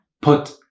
put